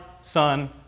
Son